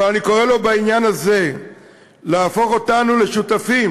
אבל אני קורא לו בעניין הזה להפוך אותנו לשותפים.